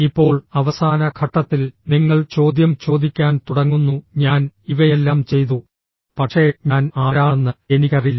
ഇപ്പോൾ അവസാന ഘട്ടത്തിൽ നിങ്ങൾ ചോദ്യം ചോദിക്കാൻ തുടങ്ങുന്നു ഞാൻ ഇവയെല്ലാം ചെയ്തു പക്ഷെ ഞാൻ ആരാണെന്ന് എനിക്കറിയില്ല